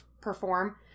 perform